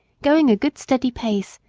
going a good steady pace,